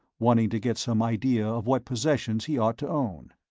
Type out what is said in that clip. wanting to get some idea of what possessions he ought to own.